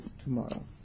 tomorrow